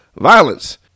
violence